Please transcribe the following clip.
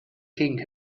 king